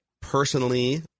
Personally